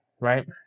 right